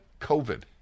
COVID